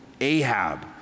Ahab